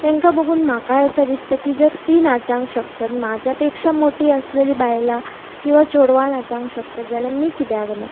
तांकां बघून म्हाकाय असें दिसता की जर ती नाचूंक शकतात म्हाज्या पेक्षा मोटी आसलेली बायलां किंवां चेडवां नाचूंक शकतात जाल्यार आमी कित्याक ना